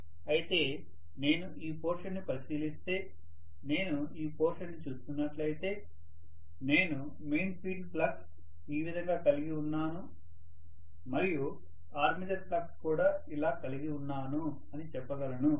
అయితే నేను ఈ పోర్షన్ ని పరిశీలిస్తే నేను ఈ పోర్షన్ ని చూస్తున్నట్లయితే నేను మెయిన్ ఫీల్డ్ ఫ్లక్స్ ఈ విధంగా కలిగి ఉన్నాను మరియు ఆర్మేచర్ ఫ్లక్స్ కూడా ఇలా కలిగి ఉన్నాను అని చెప్పగలను